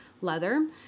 leather